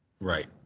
Right